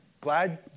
Glad